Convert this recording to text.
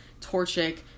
Torchic